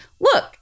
look